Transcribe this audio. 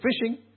fishing